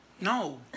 No